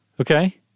Okay